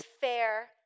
fair